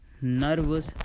nervous